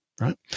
right